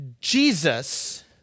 Jesus